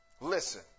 Listen